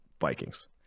Vikings